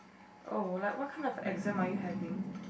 oh like what kind of exam are you having